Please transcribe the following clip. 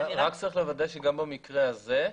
צריך לוודא שגם במקרה הזה,